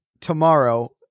Tomorrow